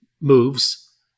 moves